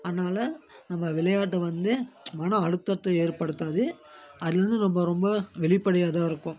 அதனால் நம்ம விளையாட்டு வந்து மன அழுத்தத்தை ஏற்படுத்தாது அதிலருந்து நம்ம ரொம்ப வெளிப்படியாகதான் இருக்கும்